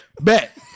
Bet